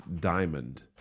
Diamond